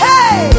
Hey